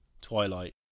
twilight